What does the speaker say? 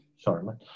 sorry